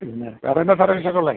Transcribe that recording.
പിന്നെ വേറെന്നാ സാറെ വിശേഷം ഉള്ളത്